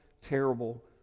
terrible